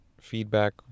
feedback